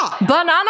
Banana